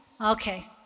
okay